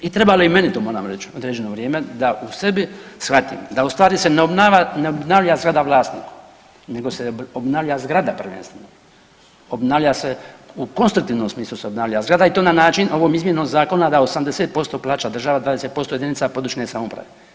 I trebalo je to i meni moram reći određeno vrijeme da u sebi shvatim da u stvari se ne obnavlja zgrada vlasnika, nego se obnavlja zgrada prvenstveno, obnavlja se u konstruktivnom smislu se obnavlja zgrada i to na način ovom izmjenom zakona da 80% plaća država, 20% jedinica područne samouprave.